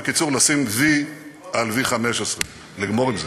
בקיצור, לשים V על V15. לגמור עם זה.